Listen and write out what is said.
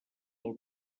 del